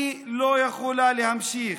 אני לא יכולה להמשיך.